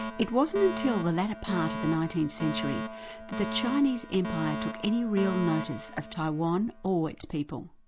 it wasn't until the latter part of the nineteenth century that the chinese empire took any real notice of taiwan or its people.